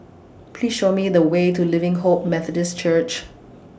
Please Show Me The Way to Living Hope Methodist Church